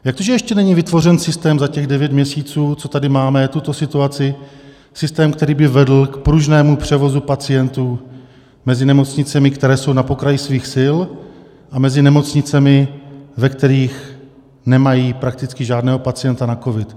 Jak to, že ještě není vytvořen systém, za těch devět měsíců, co tady máme tuto situaci, systém, který by vedl k pružnému převozu pacientů mezi nemocnicemi, které jsou na pokraji svých sil, a nemocnicemi, ve kterých nemají prakticky žádného pacienta na covid.